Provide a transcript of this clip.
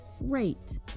rate